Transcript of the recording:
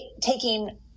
taking